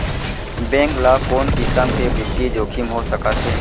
Bank ल कोन किसम के बित्तीय जोखिम हो सकत हे?